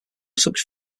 such